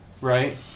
right